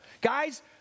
Guys